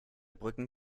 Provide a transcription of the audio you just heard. brücken